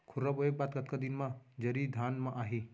खुर्रा बोए के बाद कतका दिन म जरी धान म आही?